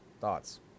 thoughts